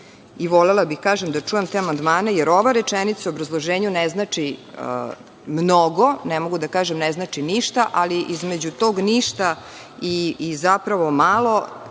i volela bih da čujem te amandmane, jer ova rečenica u obrazloženju ne znači mnogo. Ne mogu da kažem ne znači ništa, ali između tog ništa i zapravo malo,